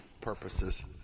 purposes